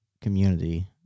community